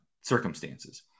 circumstances